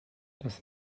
das